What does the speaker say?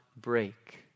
break